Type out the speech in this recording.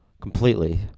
completely